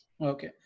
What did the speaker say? Okay